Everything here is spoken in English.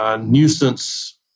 nuisance